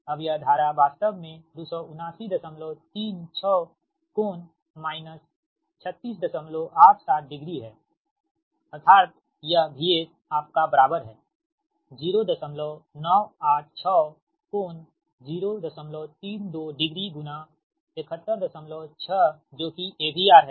अब यह धारा वास्तव में 27936∟ 3687 डिग्री हैअर्थात यह VS आपका बराबर है 0986∟032 डिग्री गुणा 716 जो कि AVR है